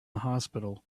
hospital